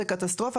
זו קטסטרופה.